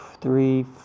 three